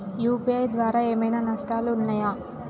UPI ద్వారా ఏమైనా నష్టాలు ఉన్నయా?